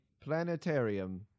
planetarium